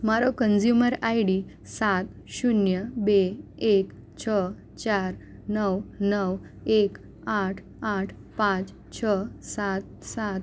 મારો consumer ID સાત શૂન્ય બે એક છ ચાર નવ નવ એક આઠ આઠ પાંચ છ સાત સાત